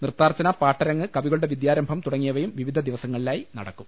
നൃത്താർച്ചന പാട്ടരങ്ങ് കവികളുടെ വിദ്യാരംഭം തുടങ്ങിയവയും വിവിധ ദിവസങ്ങളിലായി നടക്കും